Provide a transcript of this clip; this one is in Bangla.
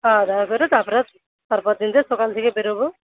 খাওয়া দাওয়া করে তারপরে তারপরের দিনকে সকাল থেকে বেরোব